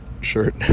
shirt